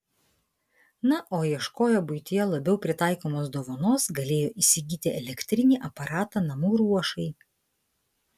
na o ieškoję buityje labiau pritaikomos dovanos galėjo įsigyti elektrinį aparatą namų ruošai